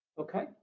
okay